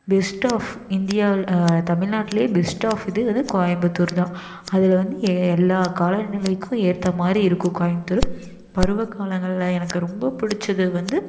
best of India தமிழ்நாட்டிலையே best of இது வந்து கோயம்புத்தூர் தான் அதில் வந்து எல்லா காலநிலைக்கும் ஏற்ற மாதிரி இருக்கும் கோயம்புத்தூர் பருவ காலங்களில் எனக்கு ரொம்ப பிடிச்சது வந்து